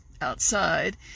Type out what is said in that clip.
outside